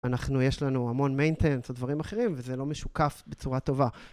אנחנו, יש לנו המון maintenance ודברים אחרים וזה לא משוקף בצורה טובה.